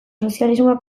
sozialismoak